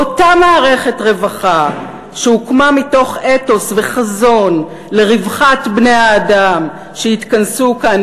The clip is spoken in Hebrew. באותה מערכת רווחה שהוקמה מתוך אתוס וחזון לרווחת בני-האדם שהתכנסו כאן,